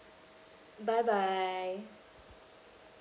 bye bye